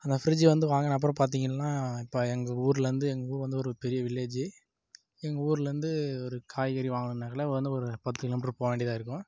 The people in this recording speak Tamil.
அந்த ஃபிரிட்ஜி வந்து வாங்கின அப்புறம் பார்த்திங்கள்னா இப்போ எங்கள் ஊர்லெருந்து எங்கள் ஊர் வந்து ஒரு பெரிய வில்லேஜி எங்கள் ஊர்லேருந்து ஒரு காய்கறி வாங்கனுனாக்க வந்து ஒரு பத்து கிலோமீட்ரு போக வேண்டியதாக இருக்கும்